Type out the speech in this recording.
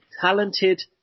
talented